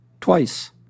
twice